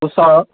ওচৰৰ